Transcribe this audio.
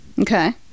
Okay